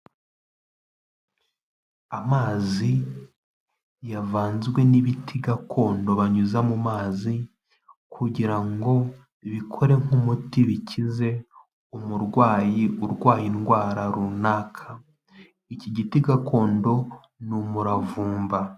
Amazi yavanzwe n'ibiti gakondo banyuza mu mazi kugira ngo bikore nk'umuti, bikize umurwayi urwaye indwara runaka. Iki giti gakondo ni umuravumba.